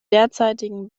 derzeitigen